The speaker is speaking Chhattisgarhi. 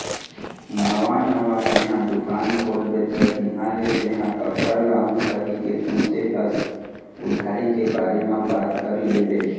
नवा नवा तेंहा दुकान खोलबे त जिहाँ ले तेंहा कपड़ा लाहू कहिके सोचें हस उधारी के बारे म बात कर लेबे